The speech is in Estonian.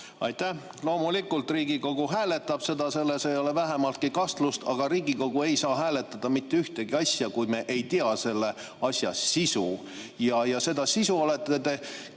Aitäh! Loomulikult, Riigikogu hääletab seda, selles ei ole vähimatki kahtlust. Aga Riigikogu ei saa hääletada mitte ühtegi asja, kui me ei tea selle asja sisu. Seda sisu olete te